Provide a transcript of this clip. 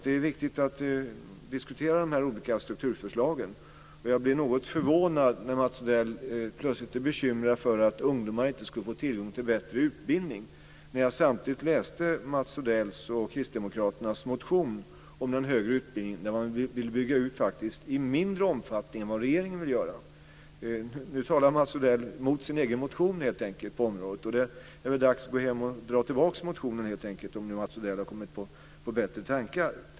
Det är viktigt att diskutera dessa olika strukturförslag. Jag blir något förvånad när Mats Odell plötsligt är bekymrad för att ungdomar inte skulle få tillgång till bättre utbildning. Jag har läst Mats Odells och Kristdemokraternas motion om den högre utbildningen, och det visar sig att de faktiskt vill bygga ut denna i mindre utsträckning än vad regeringen vill göra. Nu talar Mats Odell helt enkelt emot sin egen motion på området. Det är väl dags att gå hem och dra tillbaka motionen om nu Mats Odell har kommit på bättre tankar.